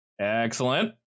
Excellent